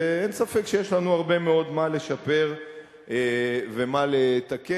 ואין ספק שיש לנו הרבה מאוד מה לשפר ומה לתקן,